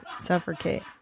Suffocate